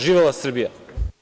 Živela Srbija!